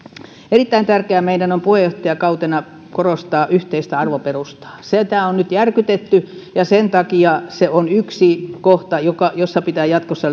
erittäin tärkeää meidän on puheenjohtajakautenamme korostaa yhteistä arvoperustaa sitä on nyt järkytetty ja sen takia se on yksi kohta jossa pitää jatkossa